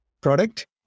product